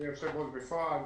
אופיר, היושב-ראש בפועל,